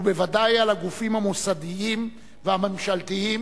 ובוודאי על הגופים המוסדיים והממשלתיים,